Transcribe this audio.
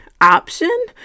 Option